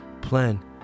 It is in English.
plan